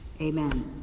Amen